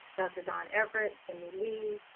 dr. don everett, jimmy lee,